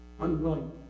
Unwilling